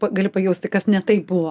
gali pajausti kas ne taip buvo